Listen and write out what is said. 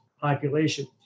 population